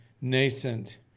nascent